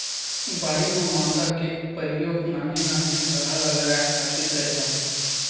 बाड़ी म मांदा के परियोग नान्हे नान्हे थरहा ल लगाय खातिर करे जाथे